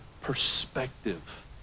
perspective